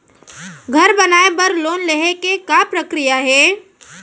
घर बनाये बर लोन लेहे के का प्रक्रिया हे?